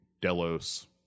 delos